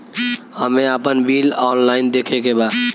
हमे आपन bill online देखे के बा?